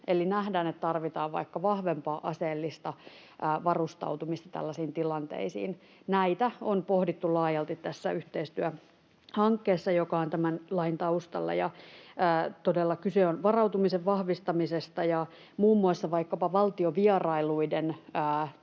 eli nähdään, että tarvitaan vaikka vahvempaa aseellista varustautumista. Näitä on pohdittu laajalti tässä yhteistyöhankkeessa, joka on tämän lain taustalla. Todella kyse on varautumisen vahvistamisesta ja muun muassa vaikkapa valtiovierailuiden